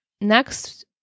next